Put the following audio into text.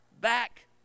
back